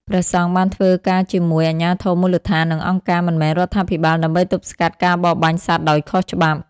ព្រះសង្ឃបានធ្វើការជាមួយអាជ្ញាធរមូលដ្ឋាន និងអង្គការមិនមែនរដ្ឋាភិបាលដើម្បីទប់ស្កាត់ការបរបាញ់សត្វដោយខុសច្បាប់។